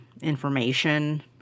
information